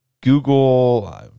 Google